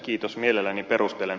kiitos mielelläni perustelen